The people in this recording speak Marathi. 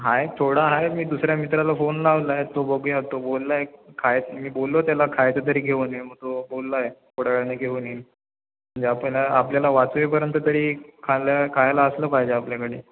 आहे थोडा आहे मी दुसऱ्या मित्राला फोन लावला आहे तो बघूया तो बोलला आहे खाय मी बोललो त्याला खायचं तरी घेऊन ये मग तो बोलला आहे थोड्या वेळानं घेऊन येईन म्हणजे आपल्याला आपल्याला वाचवेपर्यंत तरी खाल्ल्या खायला असलं पाहिजे आपल्याकडे